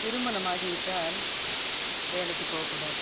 திருமணம் ஆகிவிட்டால் வேலைக்கு போகக்கூடாது